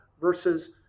versus